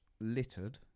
littered